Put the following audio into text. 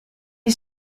you